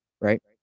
right